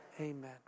amen